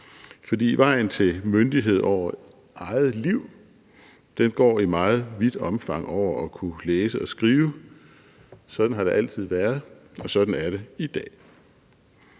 For vejen til myndighed over eget liv går i meget vidt omfang over at kunne læse og skrive. Sådan har det altid været, og sådan er det i dag.